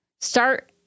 start –